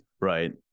Right